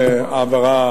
העברה